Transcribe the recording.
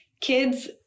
Kids